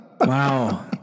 Wow